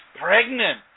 pregnant